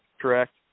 correct